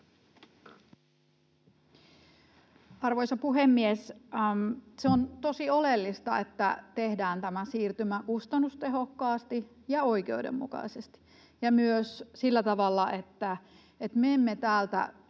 Arvoisa puhemies! Se on tosi oleellista, että tehdään tämä siirtymä kustannustehokkaasti ja oikeudenmukaisesti ja myös sillä tavalla, että me emme täältä